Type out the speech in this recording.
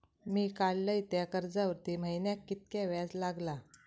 मी काडलय त्या कर्जावरती महिन्याक कीतक्या व्याज लागला?